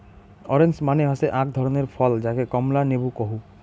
orange মানে হসে আক ধরণের ফল যাকে কমলা লেবু কহু